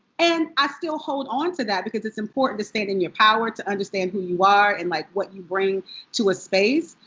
and i still hold onto that. because it's important to stand in your power. to understand who you are. and like what you bring to a space.